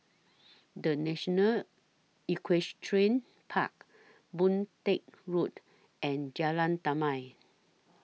The National Equestrian Park Boon Teck Road and Jalan Damai